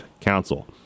Council